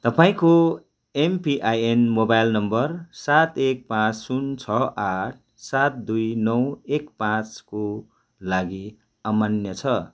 तपाईँको MPIN mobile number सात एक पाँच शून्य छ आठ सात दुई नौ एक पाँचको लागि अमान्य छ